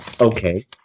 Okay